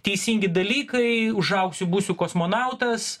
teisingi dalykai užaugsiu būsiu kosmonautas